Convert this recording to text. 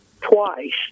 twice